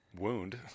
wound